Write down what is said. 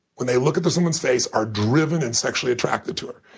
when they look at this women's face, are driven and sexually attracted to her.